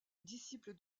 disciple